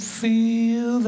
feel